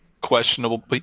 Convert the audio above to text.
questionable